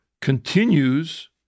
continues